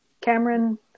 Cameron